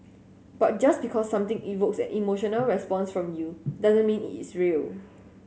but just because something evokes an emotional response from you doesn't mean it is real